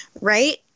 right